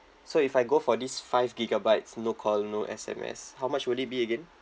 so if I go for this five gigabytes no call no S_M_S how much would it be again